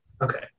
Okay